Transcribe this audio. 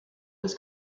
was